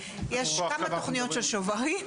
יש כמה תוכניות של שוברים,